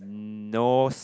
mm nose